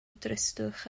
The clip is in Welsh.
dristwch